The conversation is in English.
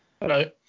Hello